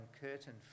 Curtain